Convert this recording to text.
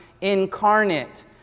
incarnate